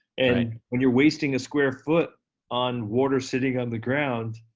and when you're wasting a square foot on water sitting on the ground,